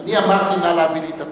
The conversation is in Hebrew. אני אמרתי: נא להביא לי את התוצאות.